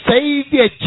Savior